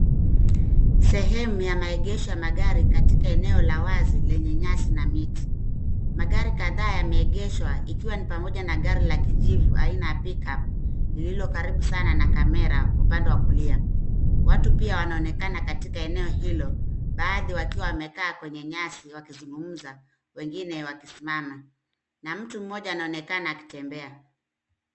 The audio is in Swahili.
Sehemu ya maegesho ya magari katika eneo la wazi lenye nyasi na miti. Magari kadhaa yameegeshwa ikiwa ni pamoja na gari la kijivu aina ya pick-up lililokaribu sana na kamera upande wa kulia. Watu pia wanaonekana katika eneo hilo, baadhi wakiwa wamekaa kwenye nyasi wakizungumza, wengine wakisimama na mtu mmoja anaonekana akitembea.